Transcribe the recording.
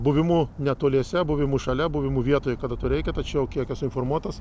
buvimu netoliese buvimu šalia buvimu vietoje kada reikia tačiau kiek esu informuotas